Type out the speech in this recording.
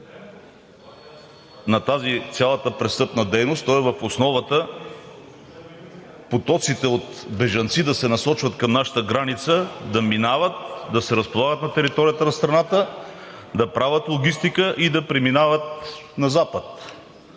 на цялата тази престъпна дейност, който е в основата потоците от бежанци да се насочват към нашата граница, да минават, да се разполагат на територията на страната, да правят логистика и да преминават на Запад?